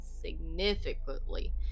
significantly